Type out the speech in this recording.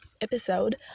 episode